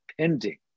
pending